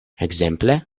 ekzemple